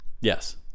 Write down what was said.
Yes